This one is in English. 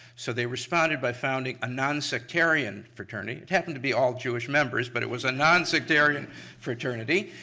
so they responded by founding a nonsectarian fraternity. it happened to be all jewish members, but it was a nonsectarian fraternity.